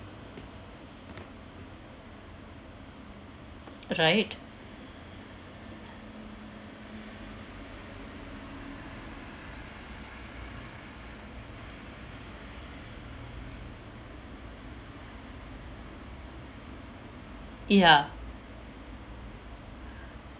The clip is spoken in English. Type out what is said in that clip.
right ya